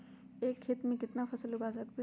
एक खेत मे केतना फसल उगाय सकबै?